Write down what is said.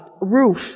roof